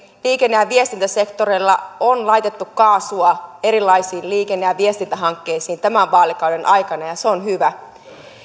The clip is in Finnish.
liikenne ja viestintäsektorilla on laitettu kaasua erilaisiin liikenne ja viestintähankkeisiin tämän vaalikauden aikana ja se on hyvä